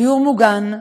דיור מוגן.